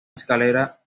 escalera